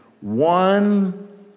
One